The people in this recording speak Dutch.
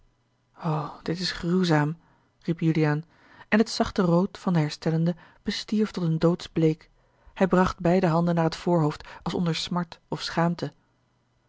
dit is gruwzaam riep juliaan en het zachte rood van den herstellende bestierf tot een doodsbleek hij bracht beide handen naar het voorhoofd als onder smart of schaamte